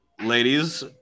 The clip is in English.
ladies